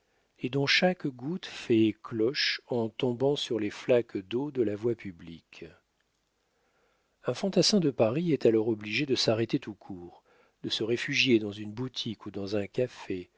et dont chaque goutte fait cloche en tombant sur les flaques d'eau de la voie publique un fantassin de paris est alors obligé de s'arrêter tout court de se réfugier dans une boutique ou dans un café